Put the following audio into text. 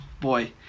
boy